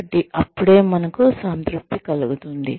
కాబట్టి అపుడు మనకు సంతృప్తి కలుగుతుంది